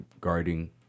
guarding